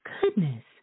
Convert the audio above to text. goodness